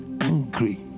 angry